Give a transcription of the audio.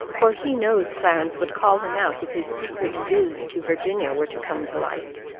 for he knows clarence would call him out if his secret visit to virginia were to come to light.